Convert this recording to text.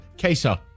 Queso